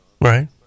Right